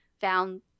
found